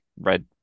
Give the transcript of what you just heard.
red